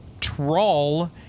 trawl